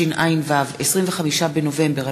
סופה לנדבר,